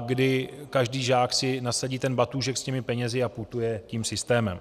kdy každý žák si nasadí batůžek s těmi penězi a putuje tím systémem.